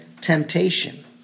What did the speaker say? temptation